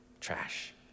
Trash